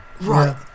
Right